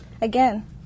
Again